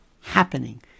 happening